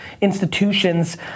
institutions